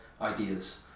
ideas